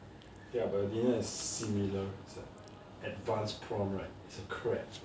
okay lah but dinner your similar so advanced prawn right is a crab